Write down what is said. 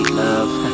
love